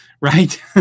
Right